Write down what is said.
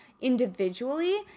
individually